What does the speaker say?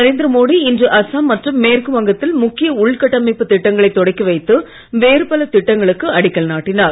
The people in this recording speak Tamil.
நரேந்திர மோடி இன்று அசாம் மற்றும் மேற்கு வங்கத்தில் முக்கிய உள்கட்டமைப்பு திட்டங்களை தொடக்கி வைத்து வேறு பல திட்டங்களுக்கு அடிக்கல் நாட்டினார்